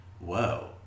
Whoa